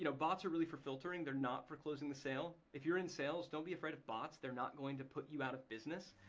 bots are really for filtering, they're not for closing the sale. if you're in sales, don't be afraid of bots. they're not going to put you out of business.